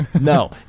No